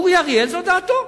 אורי אריאל, זאת דעתו.